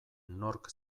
nork